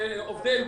שעובדי אלביט,